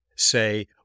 say